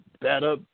better